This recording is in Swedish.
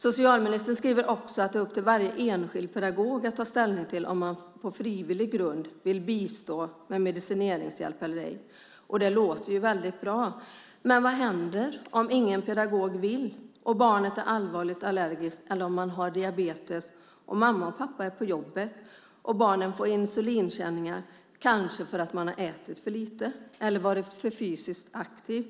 Socialministern skriver också att det är upp till varje enskild pedagog att ta ställning till om man på frivillig grund vill bistå med medicineringshjälp eller ej. Det låter väldigt bra. Men vad händer om ingen pedagog vill, och barnet är allvarligt allergiskt eller har diabetes och mamma och pappa är på jobbet och barnet får insulinkänningar? Det kanske har ätit för lite eller varit för fysisk aktivt.